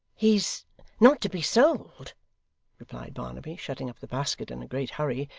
he's not to be sold replied barnaby, shutting up the basket in a great hurry,